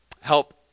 help